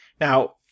now